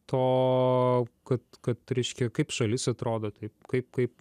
to kad kad reiškia kaip šalis atrodo taip kaip kaip